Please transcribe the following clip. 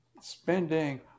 spending